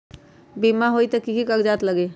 बिमा होई त कि की कागज़ात लगी?